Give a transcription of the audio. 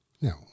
Now